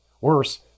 Worse